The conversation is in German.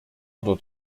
oder